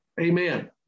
Amen